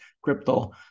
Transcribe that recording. crypto